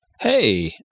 Hey